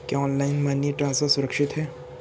क्या online money transfer सुरक्षित है?